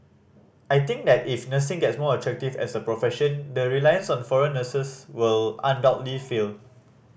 I think that if nursing gets more attractive as a profession the reliance on foreign nurses will undoubtedly fall